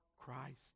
Christ